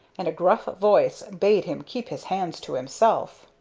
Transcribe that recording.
and a gruff voice bade him keep his hands to himself.